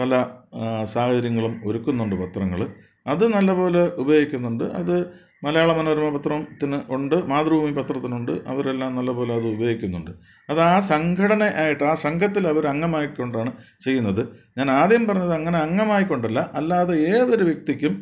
പല സാഹചര്യങ്ങളും ഒരുക്കുന്നുണ്ട് പത്രങ്ങൾ അതു നല്ലതു പോലെ ഉപയോഗിക്കുന്നുണ്ട് അതു മലയാള മനോരമ പത്രത്തിന് ഉണ്ട് മാതൃഭൂമി പത്രത്തിനുണ്ട് അവരെല്ലാം നല്ലതു പോലെയത് ഉപയോഗിക്കുന്നുണ്ട് അതാ സംഘടനയായിട്ട് ആ സംഘത്തിലെ ഒരംഗമാക്കിക്കൊണ്ടാണ് ചെയ്യുന്നത് ഞാനാദ്യം പറഞ്ഞത് അങ്ങനെ അംഗമാക്കിക്കൊണ്ടല്ല അല്ലാതെ ഏതൊരു വ്യക്തിക്കും